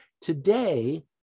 Today